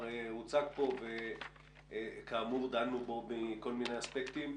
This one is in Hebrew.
הוצג פה וכאמור דנו בו בכל מיני אספקטים.